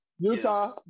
Utah